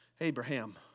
Abraham